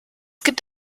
gibt